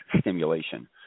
stimulation